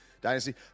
dynasty